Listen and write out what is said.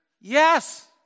Yes